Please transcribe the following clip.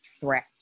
threat